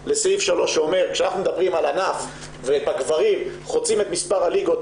לסעיף 3 שאומר שכשאנחנו מדברים על ענף ובגברים חוצים את מספר הליגות,